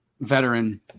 veteran